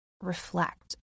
reflect